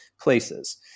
places